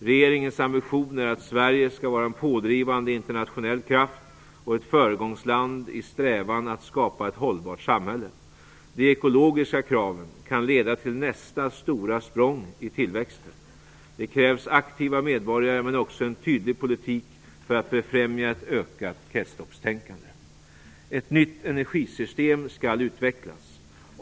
Regeringens ambition är att Sverige skall vara en pådrivande internationell kraft och ett föregångsland i strävan att skapa ett hållbart samhälle. De ekologiska kraven kan leda till nästa stora språng i tillväxten. Det krävs aktiva medborgare, men också en tydlig politik, för att befrämja ett ökat kretsloppstänkande. Ett nytt energisystem skall utvecklas.